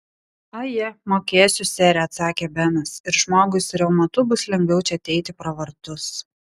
aje mokėsiu sere atsakė benas ir žmogui su reumatu bus lengviau čia ateiti pro vartus